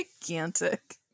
gigantic